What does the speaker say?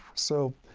so,